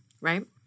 right